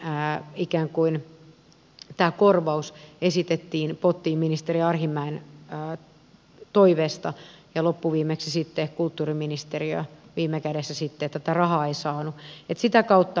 tämä radiomikkien ikään kuin korvaus esitettiin pottiin ministeri arhinmäen toiveesta ja loppuviimeksi sitten kulttuuriministeriö viime kädessä tätä rahaa ei saanut